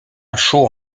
chaux